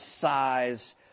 size